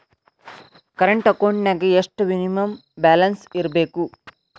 Current ಅಕೌಂಟೆಂನ್ಯಾಗ ಎಷ್ಟ minimum balance ಇರ್ಬೇಕು?